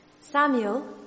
Samuel